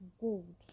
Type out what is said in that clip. gold